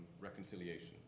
reconciliation